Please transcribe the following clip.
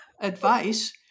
advice